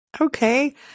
Okay